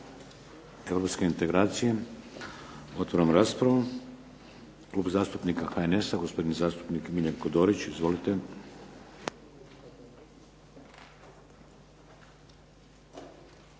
europske integracije. Otvaram raspravu. Klub zastupnika HNS-a gospodin zastupnik Miljenko Dorić. Izvolite.